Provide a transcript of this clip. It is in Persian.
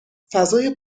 فضای